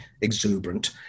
exuberant